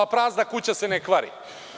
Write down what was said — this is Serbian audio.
Prazna kuća se ne kvari.